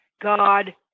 God